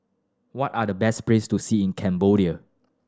what are the best place to see in Cambodia